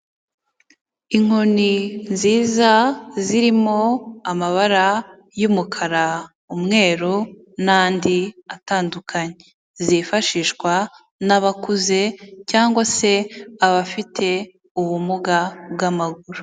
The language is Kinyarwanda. Inkoni nziza zirimo amabara y'umukara, umweru n'andi atandukanye zifashishwa n'abakuze cyangwa se abafite ubumuga bw'amaguru.